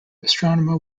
astronomer